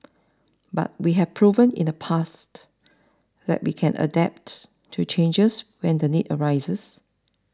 but we have proven in the past that we can adapt to changes when the need arises